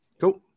Cool